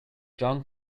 john